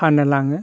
फाननो लाङो